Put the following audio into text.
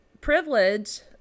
privilege